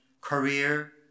Career